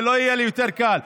לא יהיה לי יותר קל.